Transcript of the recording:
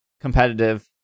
competitive